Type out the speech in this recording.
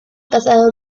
casado